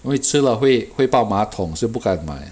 因为吃了会会抱马桶所以不敢买